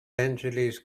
angeles